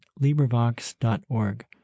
LibriVox.org